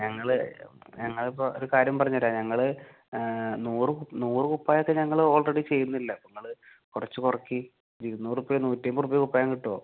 ഞങ്ങൾ ഞങ്ങളിപ്പോൾ ഒരു കാര്യം പറഞ്ഞെരാം ഞങ്ങൾ നൂറ് നൂറ് കുപ്പായത്തിന് ഞങ്ങൾ ആൾറെഡി ചെയ്തല്ലോ അത് കുറച്ച് കുറക്ക് ഇരുന്നൂറ് റുപ്പയും നൂറ്റന്പത് റുപ്പയും കുപ്പായം കിട്ടുവോ